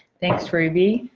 thanks ruby.